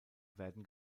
werden